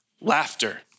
laughter